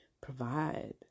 provide